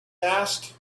asked